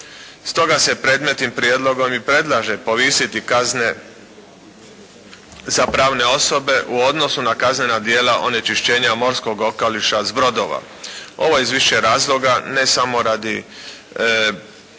stoga se predmetnim prijedlogom i predlaže povisiti kazne za pravne osobe u odnosu na kaznena djela onečišćenja morskog okoliša s brodova. Ovo iz više razloga ne samo radi gospodarskog